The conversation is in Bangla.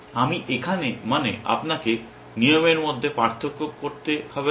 আমি এখানে মানে আপনাকে নিয়মের মধ্যে পার্থক্য করতে হবে না